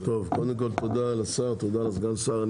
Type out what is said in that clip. תודה לשר ותודה לסגן השר.